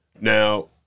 Now